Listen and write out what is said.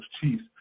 Chiefs